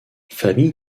famille